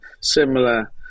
similar